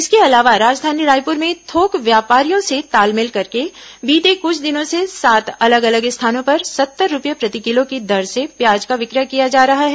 इसके अलावा राजधानी रायपुर में थोक व्यापारियों से तालमेल करके बीते कुछ दिनों से सात अलग अलग स्थानों पर सत्तर रूपये प्रति किलो की दर से प्याज का विक्रय किया जा रहा है